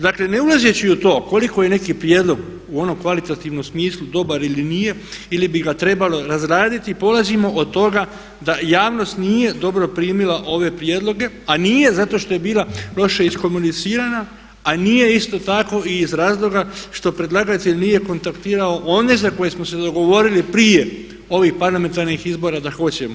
Dakle, ne ulazeći u to koliko je neki prijedlog u onom kvalitativnom smislu dobar ili nije ili bi ga trebalo razraditi polazimo od toga da javnost nije dobro primila ove prijedloge, a nije zato što je bila loše iskomunicirana, a nije isto tako i iz razloga što predlagatelj nije kontaktirao one za koje smo se dogovorili prije ovih parlamentarnih izbora da hoćemo.